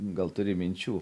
gal turi minčių